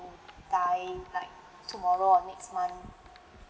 die like tomorrow or next month